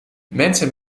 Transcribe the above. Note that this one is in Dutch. mensen